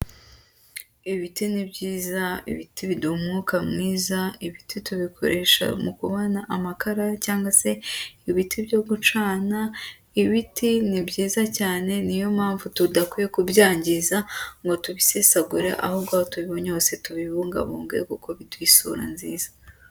Ibiti ni byiza, ibiti biduha umwuka mwiza, ibiti tubikoresha mu kubana amakara cyangwa se ibiti byo gucana, ibiti ni byyiza cyane niyo mpamvu tudakwiye kubyangiza ngo tubisesagure, ahubwo aho tubibonye hose tubibungabunge kuko biduha isura nziza.